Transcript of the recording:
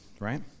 right